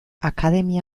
akademia